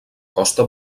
costa